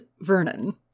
Vernon